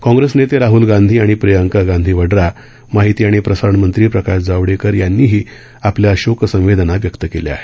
काँग्रेस नेते राहल गांधी आणि प्रियंका गांधी वड्रा माहिती आणि प्रसारण मंत्री प्रकाश जावडेकर यांनीही आपल्या शोक संवेदना व्यक्त केल्या आहेत